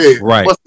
right